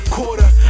Quarter